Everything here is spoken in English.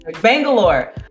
Bangalore